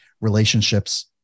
relationships